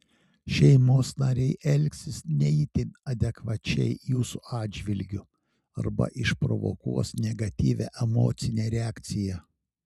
šeimos nariai elgsis ne itin adekvačiai jūsų atžvilgiu arba išprovokuos negatyvią emocinę reakciją